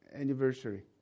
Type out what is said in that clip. anniversary